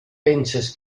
penses